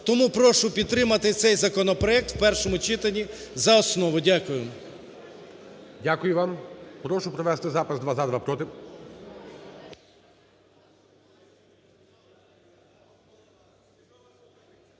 Тому прошу підтримати цей законопроект в першому читанні за основу. Дякую. ГОЛОВУЮЧИЙ. Дякую вам. Прошу провести запис: два – за,